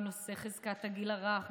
בנושא חזקת הגיל הרך,